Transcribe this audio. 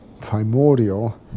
primordial